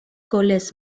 goles